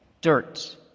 dirt